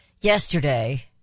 Yesterday